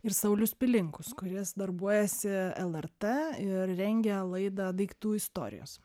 ir saulius pilinkus kuris darbuojasi lrt ir rengia laidą daiktų istorijos